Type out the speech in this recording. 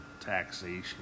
taxation